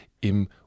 im